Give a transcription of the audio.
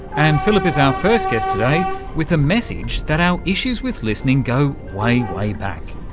and philip is our first guest today with a message that our issues with listening go way, way back.